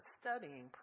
studying